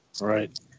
Right